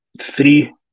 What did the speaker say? three